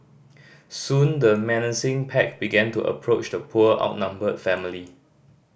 soon the menacing pack began to approach the poor outnumbered family